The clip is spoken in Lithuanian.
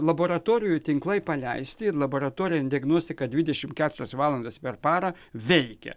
laboratorijų tinklai paleisti laboratorinė diagnostika dvidešimt keturias valandas per parą veikia